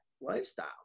lifestyle